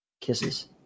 Kisses